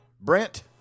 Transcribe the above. Brent